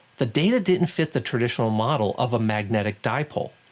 the data didn't fit the traditional model of a magnetic dipole.